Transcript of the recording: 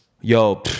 Yo